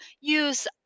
use